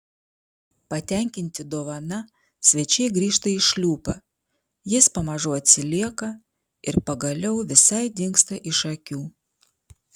patenkinti dovana svečiai grįžta į šliupą jis pamažu atsilieka ir pagaliau visai dingsta iš akių